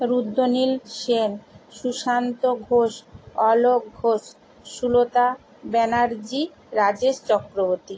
Rudranil Sen Sushanta Ghosh Alok Ghosh Sulata Banerjee Rajesh Chakraborty